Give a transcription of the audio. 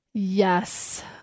Yes